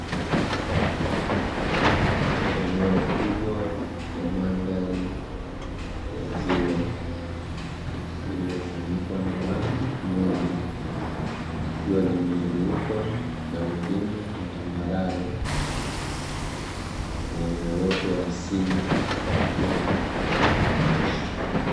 Eneo kubwa la mandhari ya ziwa lililofunikwa na maji mengi, likiwa limezungukwa na milima na tambarare yenye uoto wa asili wa kijani kibichi.